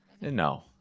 no